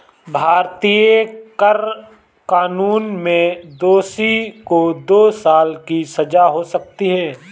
भारतीय कर कानून में दोषी को दो साल की सजा हो सकती है